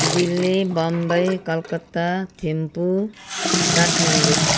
Delhi Bombay Calcutta Thimphu Kathmandu